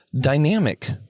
dynamic